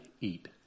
eat